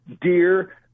dear